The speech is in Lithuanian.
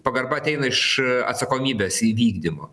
pagarba ateina iš atsakomybės įvykdymo